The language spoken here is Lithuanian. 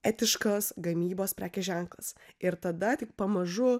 etiškos gamybos prekės ženklas ir tada tik pamažu